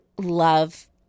love